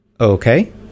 Okay